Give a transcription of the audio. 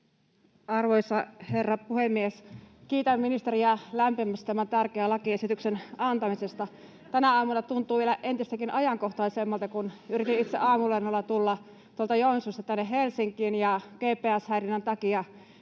Arvoisa herra puhemies! Kiitän ministeriä lämpimästi tämän tärkeän lakiesityksen antamisesta. Tänä aamuna se tuntuu vielä entistäkin ajankohtaisemmalta, kun yritin itse aamulennolla tulla tuolta Joensuusta tänne Helsinkiin ja GPS-häirinnän takia